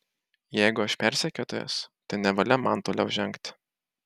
jeigu aš persekiotojas tai nevalia man toliau žengti